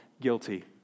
guilty